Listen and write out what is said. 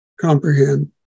comprehend